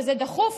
וזה דחוף,